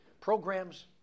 Programs